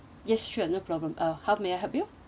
yes sure no problem uh how may I help you